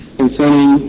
concerning